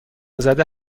زده